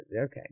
okay